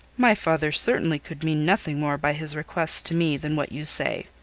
my father certainly could mean nothing more by his request to me than what you say.